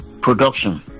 production